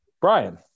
Brian